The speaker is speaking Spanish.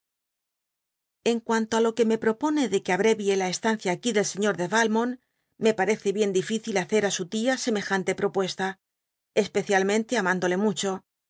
n cuanto á lo que me propone de que abrevie la estancia aquí del señor de valmont me parece bien difícil bacer á su tia semejante propuesta especialmente amándole mucho